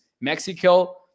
Mexico